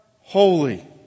holy